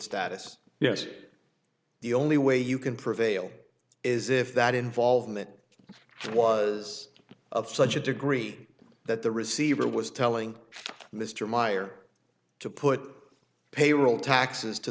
status yes the only way you can prevail is if that involvement was of such a degree that the receiver was telling mr meyer to put payroll taxes to